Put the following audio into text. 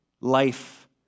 life